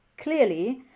clearly